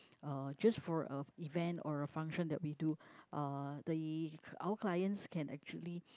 uh just for a event or a function that we do uh the our clients can actually